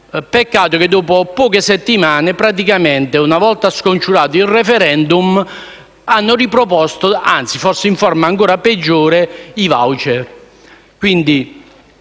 Peccato che dopo poche settimane, una volta scongiurato il*referendum*, hanno riproposto - forse in forma ancora peggiore - i *voucher*.